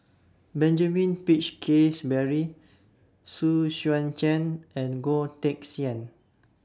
Benjamin Peach Keasberry Xu Xuan Zhen and Goh Teck Sian